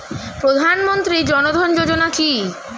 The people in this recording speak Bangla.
প্রধানমন্ত্রী জনধন যোজনা কি?